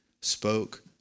spoke